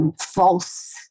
false